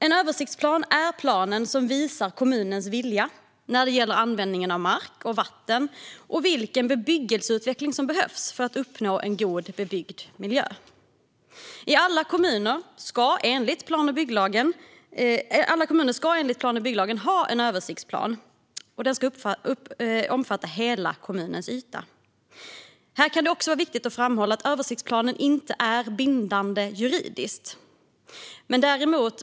En översiktsplan visar kommunens vilja när det gäller användning av mark och vatten och vilken bebyggelseutveckling som behövs för att uppnå en god bebyggd miljö. Alla kommuner ska enligt plan och bygglagen ha en översiktsplan som omfattar hela kommunens yta. Här kan det vara viktigt att framhålla att en översiktsplan inte är juridiskt bindande.